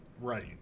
right